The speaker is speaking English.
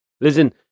Listen